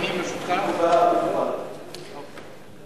ועדת החינוך, ברשותך.